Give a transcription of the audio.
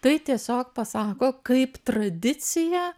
tai tiesiog pasako kaip tradicija